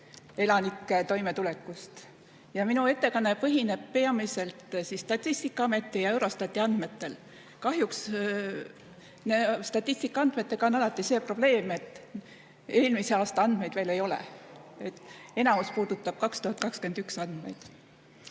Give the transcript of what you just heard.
elanike toimetulekust. Ja minu ettekanne põhineb peamiselt Statistikaameti ja Eurostati andmetel. Kahjuks statistikaandmetega on alati see probleem, et eelmise aasta andmeid veel ei ole. Nii et enamus puudutab 2021.